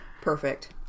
Perfect